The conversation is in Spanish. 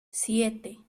siete